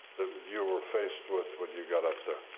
that you were faced with when you got up there.